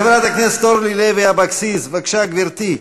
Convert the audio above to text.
חברת הכנסת אורלי לוי אבקסיס, בבקשה, גברתי.